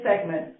segment